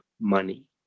money